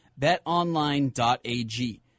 BetOnline.ag